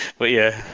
but yeah.